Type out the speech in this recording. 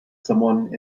someone